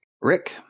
Rick